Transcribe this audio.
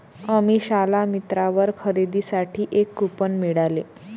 अमिषाला मिंत्रावर खरेदीसाठी एक कूपन मिळाले